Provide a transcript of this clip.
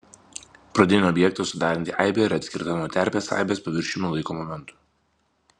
pradinį objektą sudaranti aibė yra atskirta nuo terpės aibės paviršiumi laiko momentu